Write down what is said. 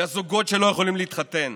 לזוגות שלא יכולים להתחתן,